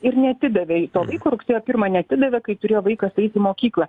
ir neatidavė to vaiko rugsėjo pirmą neatidavė kai turėjo vaikas eit į mokyklą